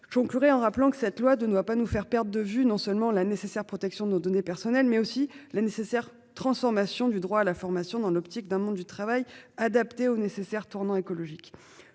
Je conclurai en rappelant que cette loi de ne va pas nous faire perdre de vue non seulement la nécessaire protection de nos données personnelles mais aussi la nécessaire transformation du droit à la formation dans l'optique d'un monde du travail adapté ou nécessaire tournant écologique,